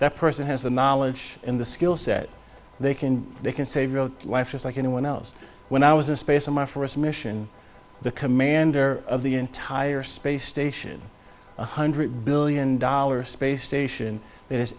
that person has the knowledge in the skill set they can they can save your life just like anyone else when i was in space on my first mission the commander of the entire space station one hundred billion dollars space station